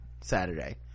saturday